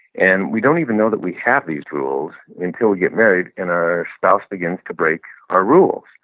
and we don't even know that we have these rules until we get married and our spouse begins to break our rules.